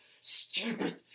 Stupid